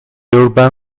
urban